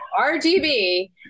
RGB